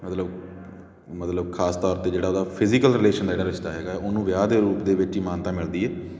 ਮਤਲਬ ਮਤਲਬ ਖਾਸ ਤੌਰ 'ਤੇ ਜਿਹੜਾ ਉਹਦਾ ਫਿਜ਼ੀਕਲ ਰਿਲੇਸ਼ਨ ਦਾ ਜਿਹੜਾ ਰਿਸ਼ਤਾ ਹੈਗਾ ਉਹਨੂੰ ਵਿਆਹ ਦੇ ਰੂਪ ਦੇ ਵਿੱਚ ਹੀ ਮਾਨਤਾ ਮਿਲਦੀ ਹੈ